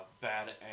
bad